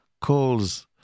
calls